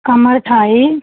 ਕਮਰ ਅਠਾਈ